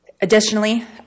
Additionally